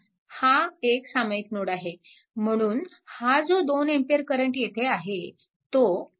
पहा हा एक सामायिक नोड आहे म्हणून हा जो 2A करंट येथे आहे तो